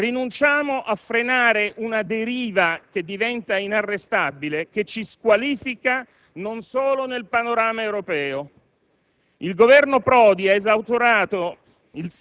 riconosciamo - rinunciamo a frenare una deriva che diventa inarrestabile e ci squalifica, non solo nel panorama europeo.